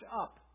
up